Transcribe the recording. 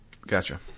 Gotcha